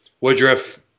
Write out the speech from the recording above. Woodruff